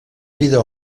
vida